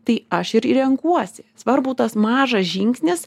tai aš ir renkuosi svarbu tas mažas žingsnis